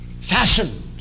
fashioned